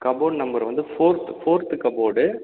cupboard number வந்து fourth fourth cupboard